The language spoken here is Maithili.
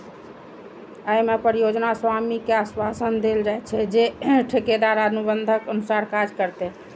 अय मे परियोजना स्वामी कें आश्वासन देल जाइ छै, जे ठेकेदार अनुबंधक अनुसार काज करतै